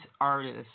artists